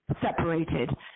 separated